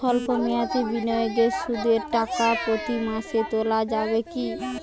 সল্প মেয়াদি বিনিয়োগে সুদের টাকা প্রতি মাসে তোলা যাবে কি?